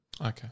Okay